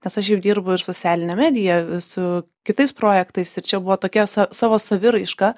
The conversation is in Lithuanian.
nes aš jau dirbu ir socialine medija su kitais projektais ir čia buvo tokia sa savo saviraiška